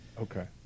Okay